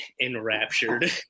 Enraptured